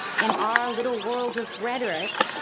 in our little world of rhetoric,